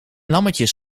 lammetjes